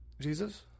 Jesus